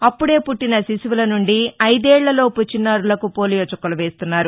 అప్పుడే పుట్లిన శిశువుల నుండి ఐదేళ్ళలోపు చిన్నారులకుపోలియో చుక్కలు వేస్తున్నారు